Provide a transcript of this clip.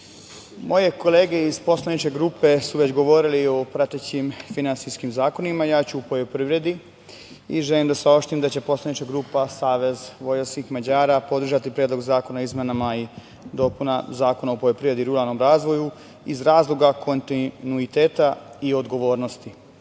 moje kolege iz poslaničke grupe su već govorili o prateći finansijskim zakonima, ja ću o poljoprivredi i želim da saopštim da će poslanička grupa SVM podržati Predlog zakona o izmenama i dopunama Zakona o poljoprivredi i ruralnom razvoju iz razloga kontinuiteta i odgovornosti. Podržaćemo